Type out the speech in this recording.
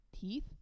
teeth